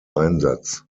einsatz